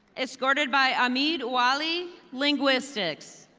escorted by ah hamid ouali, linguistics.